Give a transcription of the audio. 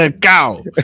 cow